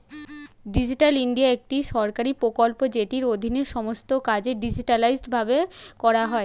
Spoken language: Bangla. ডিজিটাল ইন্ডিয়া একটি সরকারি প্রকল্প যেটির অধীনে সমস্ত কাজ ডিজিটালাইসড ভাবে করা হয়